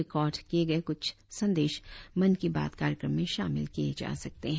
record किए गए कुछ संदेश मन की बात कार्यक्रम में शामिल किए जा सकते हैं